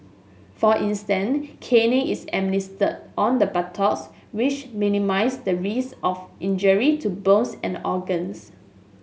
for instance caning is administered on the buttocks which minimises the risk of injury to bones and organs